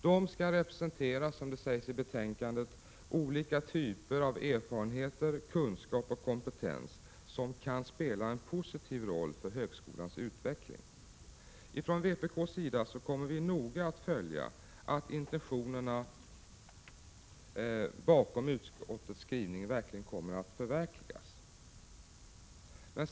De skall, som det sägs i betänkandet, representera olika typer av erfarenheter, kunskap och kompetens som kan spela en positiv roll för högskolans utveckling. Från vpk:s sida kommer vi att noga följa att intentionerna bakom utskottets skrivning verkligen kommer att förverkligas.